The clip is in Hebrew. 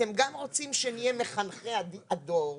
אתם גם רוצים שנהיה מחנכי הדור,